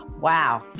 Wow